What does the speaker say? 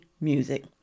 music